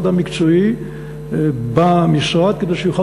שעניינו בניית כוח-אדם מקצועי במשרד כדי שיוכל